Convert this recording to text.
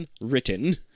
written